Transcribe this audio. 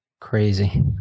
crazy